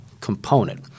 component